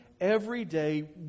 everyday